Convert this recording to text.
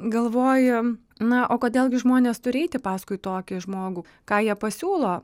galvoju na o kodėl gi žmonės turi eiti paskui tokį žmogų ką jie pasiūlo